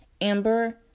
amber